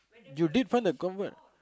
you did find the comfort